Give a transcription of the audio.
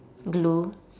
glue